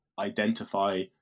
identify